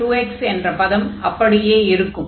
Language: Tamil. e2x என்ற பதம் அப்படியே இருக்கும்